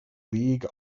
league